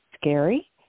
scary